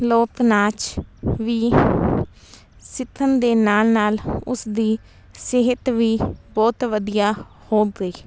ਲੋਕ ਨਾਚ ਵੀ ਸਿੱਖਣ ਦੇ ਨਾਲ ਨਾਲ ਉਸਦੀ ਸਿਹਤ ਵੀ ਬਹੁਤ ਵਧੀਆ ਹੋ ਗਈ